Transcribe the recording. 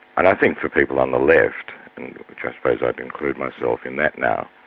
and i think for people on the left, and i suppose i've included myself in that now,